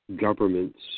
governments